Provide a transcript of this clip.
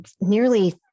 nearly